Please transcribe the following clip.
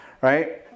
Right